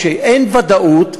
כשאין ודאות,